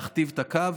להכתיב את הקו.